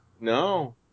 no